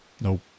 Nope